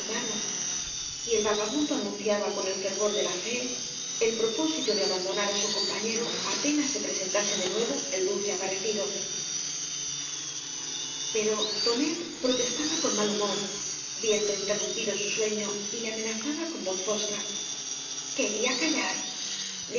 y el vagabundo anunciaba con el fervor de la fe el propósito de abandonar á su compañero apenas be presentase de nuevo el dulce aparecido pero tonet protestaba con mal humor viendo interrumpido su sueño y le amenazaba con voa fosca quería callar